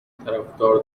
طرفدار